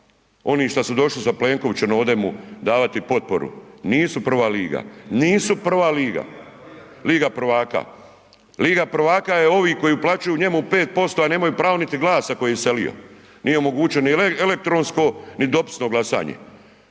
oni šta su došli sa Plenkovićem ovde mu davati potporu, nisu prva liga, nisu prva liga, liga prvaka. Liga prvaka je ovi koji uplaćuju njemu 5%, a nemaju pravo niti glasa koje je iselio, nije ni omogućio ni elektronsko, ni dopisno glasanje,